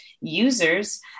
users